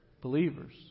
Believers